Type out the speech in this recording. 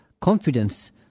confidence